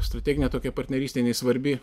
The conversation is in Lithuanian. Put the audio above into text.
strateginė tokia partnerystė jinai svarbi